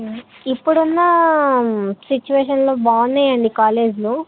ఇప్పుడైనా సిచ్యుయేషన్లో బాగున్నాయండి కాలేజ్లు